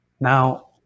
Now